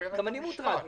גם אני מוטרד מזה.